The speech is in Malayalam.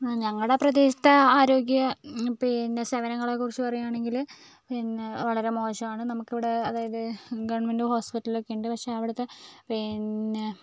ഞങ്ങളുടെ പ്രദേശത്തേ ആരോഗ്യ പിന്നേ സേവനങ്ങളെ കുറിച്ച് പറയുകയാണെങ്കിൽ പിന്നേ വളരേ മോശമാണ് നമുക്കിവിടേ അതായത് ഗവൺമെൻറ്റ് ഹോസ്പിറ്റൽ ഒക്കേ ഉണ്ട് പക്ഷേ അവിടുത്തേ പിന്നേ